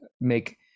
make